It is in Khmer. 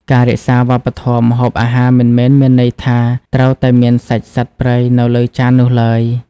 ការរក្សាវប្បធម៌ម្ហូបអាហារមិនមែនមានន័យថាត្រូវតែមានសាច់សត្វព្រៃនៅលើចាននោះឡើយ។